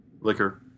liquor